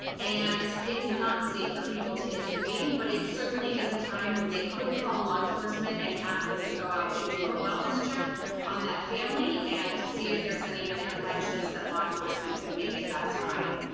and it's not safe for people to intervene, but it certainly is a time when they could call law enforcement, and ask them to go out and do a wellness check on that family and see if there's any interventions that law enforcement could make at that time.